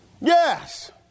Yes